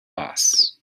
boss